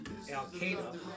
Al-Qaeda